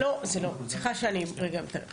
זה לא, סליחה שאני נכנסת לדברייך.